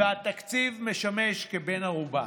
והתקציב משמש כבן ערובה.